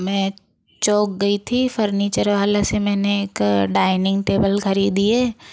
मैं चौक गई थी फर्नीचर वाले से मैंने एक डाइनिंग टेबल खरीदी है